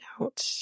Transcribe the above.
out